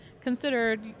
considered